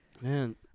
Man